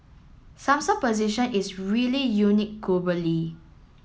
Samsung position is really unique globally